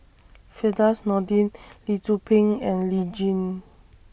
Firdaus Nordin Lee Tzu Pheng and Lee Tjin